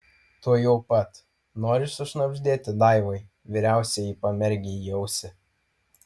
tuojau pat nori sušnabždėti daivai vyriausiajai pamergei į ausį